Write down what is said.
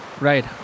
Right